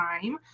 time